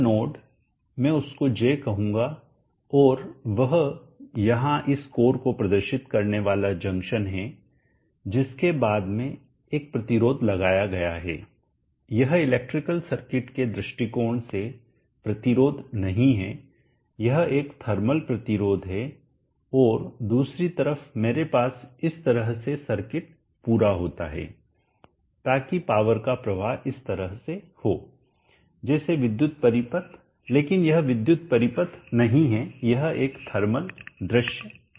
यह नोड मैं उसको J कहूंगा और वह यहाँ इस कोर को प्रदर्शित करने वाला जंक्शन है जिसके बाद में एक प्रतिरोध लगाया गया है यह इलेक्ट्रिकल सर्किट के दृष्टिकोण से प्रतिरोध नहीं है यह एक थर्मल प्रतिरोध है और दूसरी तरफ मेरे पास इस तरह से सर्किट पूरा होता है ताकि पावर का प्रवाह इस तरह से हो जैसे विद्युत परिपथ लेकिन यह विद्युत परिपथ नहीं है यह एक थर्मल दृश्य है